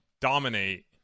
dominate